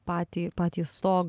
patį patį stogą